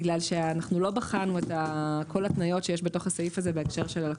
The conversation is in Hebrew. בגלל שאנחנו לא בחנו את כל התניות שיש בתוך הסעיף הזה בהקשר של הלקוח.